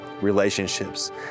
relationships